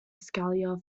scalar